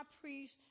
priest